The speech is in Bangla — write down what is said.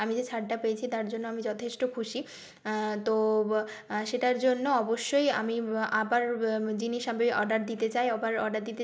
আমি যে ছাড়টা পেয়েছি তার জন্য আমি যথেষ্ট খুশি তো সেটার জন্য অবশ্যই আমি আবার জিনিস আমি অর্ডার দিতে চাই আবার অর্ডার দিতে